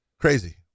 Crazy